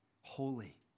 holy